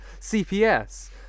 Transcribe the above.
CPS